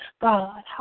God